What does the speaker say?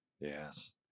Yes